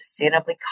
sustainably